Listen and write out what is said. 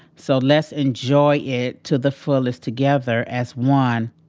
so let's enjoy it to the fullest together as one.